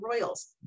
Royals